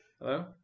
Hello